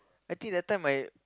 I think that time my